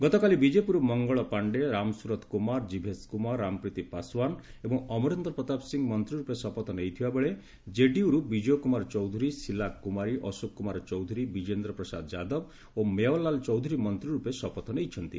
ଗତକାଲି ବିଜେପିରୁ ମଙ୍ଗଳ ପାଶ୍ଡେ ରାମସୁରଥ କୁମାର ଜିଭେସ କୁମାର ରାମପ୍ରୀତି ପାଶଓ୍ୱାନ ଏବଂ ଅମରେନ୍ଦ୍ର ପ୍ରତାପ ସିଂ ମନ୍ତ୍ରୀରୂପେ ଶପଥ ନେଇଥିବାବେଳେ କେଡିୟୁରୁ ବିଜୟ କୁମାର ଚୌଧୁରୀଶିଲା କୁମାରୀ ଅଶୋକ କୁମାର ଚୌଧୁରୀ ବିଜେନ୍ଦ୍ର ପ୍ରସାଦ ଯାଦବ ଓ ମେଓ୍ବାଲାଲ ଚୌଧୁରୀ ମନ୍ତ୍ରୀରୂପେ ଶପଥ ନେଇଛନ୍ତି